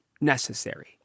necessary